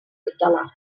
tutelar